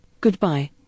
Goodbye